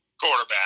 Quarterback